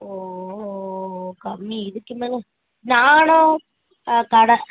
ஓ ஓ ஓ கம்மி இதுக்கு மேல் நானும் கடை